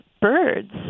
birds